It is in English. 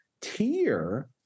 tier